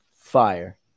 fire